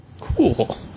Cool